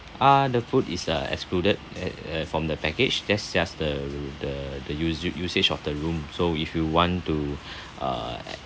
ah the food is uh excluded uh uh from the package that's just the the the usa~ usage of the room so if you want to uh